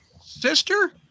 sister